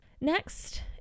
Next